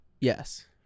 Yes